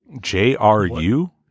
J-R-U